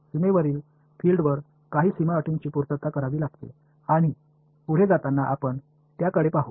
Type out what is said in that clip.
सीमेवरील फिल्डवर काही सीमा अटीची पूर्तता करावी लागते आणि पुढे जाताना आपण त्याकडे पाहू